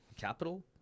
capital